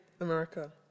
America